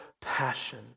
passion